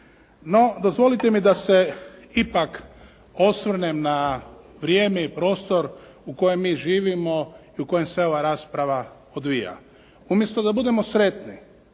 No dozvolite mi da se ipak osvrnem na vrijeme i prostor u kojem mi živimo i u kojem se ova rasprava odvija. Umjesto da budemo sretni